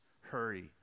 hurry